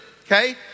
okay